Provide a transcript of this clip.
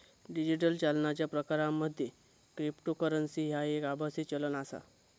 digital चालनाच्या प्रकारांमध्ये cryptocurrency ह्या एक आभासी चलन आसा